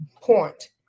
point